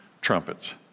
trumpets